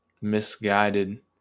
misguided